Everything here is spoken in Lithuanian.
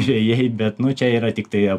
žvejai bet nu čia yra tiktai